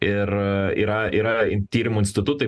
ir yra yra tyrimo institutai